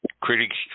Critics